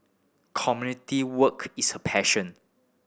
community work is her passion